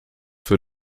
für